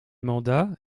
mandat